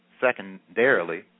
secondarily